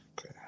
Okay